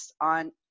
on